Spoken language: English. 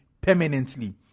permanently